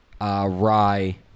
Rye